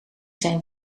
zijn